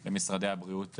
אל משרדי הבריאות,